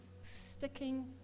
sticking